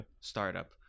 startup